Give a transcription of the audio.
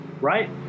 right